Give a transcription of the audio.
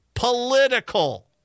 Political